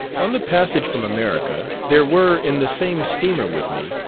on the passage from america, there were in the same steamer with me,